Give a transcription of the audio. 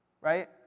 right